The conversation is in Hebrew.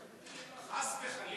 חלילה, חס וחלילה.